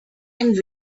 and